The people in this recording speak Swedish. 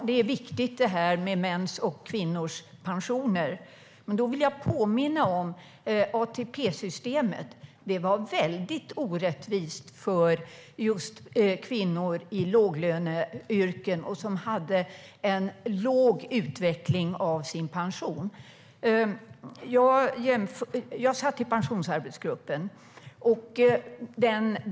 Herr talman! Det här med mäns och kvinnors pensioner är viktigt. Men jag vill påminna om att ATP-systemet var väldigt orättvist för just kvinnor i låglöneyrken som hade låg utveckling av sin pension. Jag satt med i Pensionsarbetsgruppen.